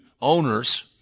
owners